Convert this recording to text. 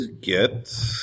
get